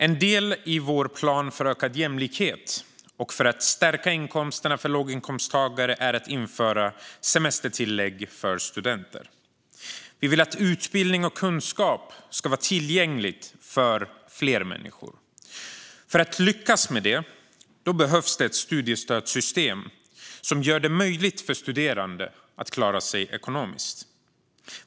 En del i vår plan för ökad jämlikhet och för att stärka inkomsterna för låginkomsttagare är att införa semestertillägg för studenter. Vi vill att utbildning och kunskap ska vara tillgängligt för fler människor. För att lyckas med det behövs ett studiestödssystem som gör det möjligt för studerande att klara sig ekonomiskt.